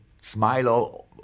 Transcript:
smile